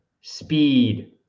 Speed